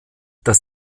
das